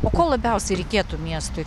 o ko labiausiai reikėtų miestui